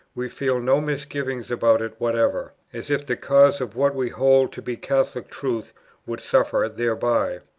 we feel no misgivings about it whatever, as if the cause of what we hold to be catholic truth would suffer thereby.